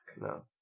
No